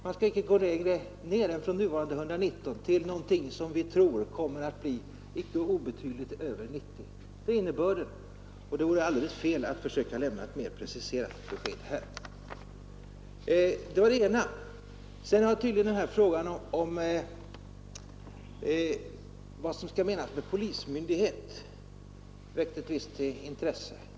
Man skall icke gå längre ned än från nuvarande 119 till någonting som vi tror kommer att bli icke obetydligt över 90. Det är innebörden, och det vore alldeles fel att försöka lämna ett mera preciserat besked här. Det var det ena. Sedan har tydligen frågan om vad som skall menas med polismyndighet väckt ett visst intresse.